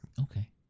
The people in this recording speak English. Okay